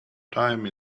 time